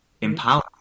empower